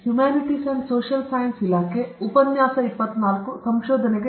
hi ಸ್ವಾಗತ ವೀಕ್ಷಕರಿಗೆ